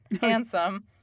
handsome